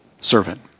servant